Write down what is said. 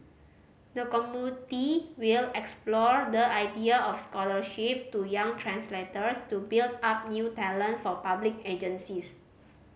the committee will explore the idea of scholarship to young translators to build up new talent for public agencies